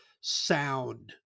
sound